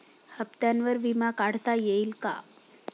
हप्त्यांवर विमा काढता येईल का?